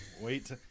Wait